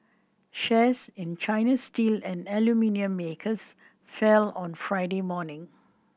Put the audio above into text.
shares in Chinese steel and aluminium makers fell on Friday morning